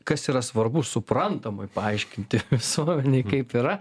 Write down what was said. kas yra svarbu suprantamai paaiškinti visuomenei kaip yra